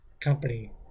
company